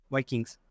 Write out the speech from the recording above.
Vikings